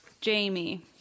jamie